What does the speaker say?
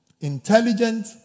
intelligent